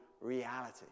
reality